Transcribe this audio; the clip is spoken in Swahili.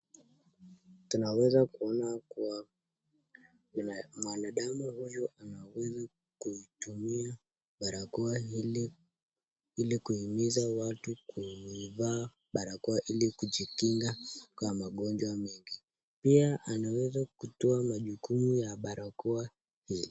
Tunaweza kuona kuwa, kuna manadamu huyu anaweze kuitumia barakoa hili, ili kuhimiza watu kuivaa, barakoa ili kujikinga, kwa magonjwa mengi. Pia anaweza kutoa majukumu ya barakoa, hii.